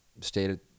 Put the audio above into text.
stated